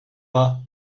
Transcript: pas